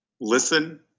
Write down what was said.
listen